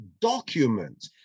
Document